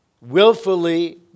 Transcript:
willfully